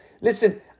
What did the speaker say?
Listen